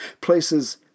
places